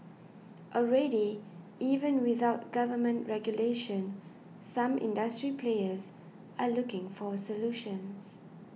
already even without government regulation some industry players are looking for solutions